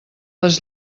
les